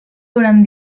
durant